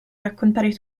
raccontare